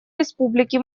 республики